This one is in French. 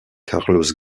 carlos